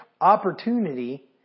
opportunity